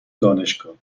دانشگاه